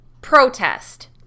protest